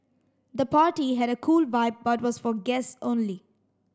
the party had a cool vibe but was for guests only